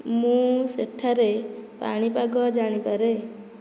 ମୁଁ ସେଠାରେ ପାଣିପାଗ ଜାଣିପାରେ